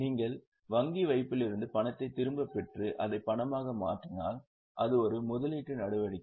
நீங்கள் வங்கி வைப்பிலிருந்து பணத்தை திரும்பப் பெற்று அதை பணமாக மாற்றினால் அது ஒரு முதலீட்டு நடவடிக்கை